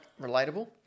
Relatable